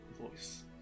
Voice